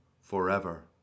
forever